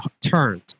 turned